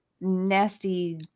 nasty